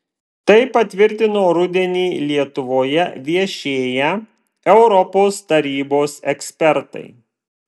tai patvirtino rudenį lietuvoje viešėję europos tarybos ekspertai